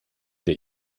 der